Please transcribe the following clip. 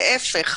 להיפך,